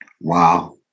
Wow